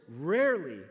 rarely